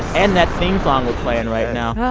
and that theme song we're playing right now.